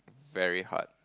very hard